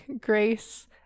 grace